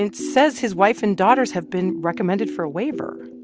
and says his wife and daughters have been recommended for a waiver.